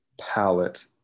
palette